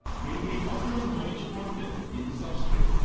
maintain optimum moisture content in the substrate.